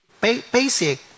basic